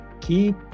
keep